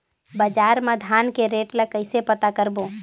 बजार मा धान के रेट ला कइसे पता करबो?